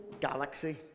galaxy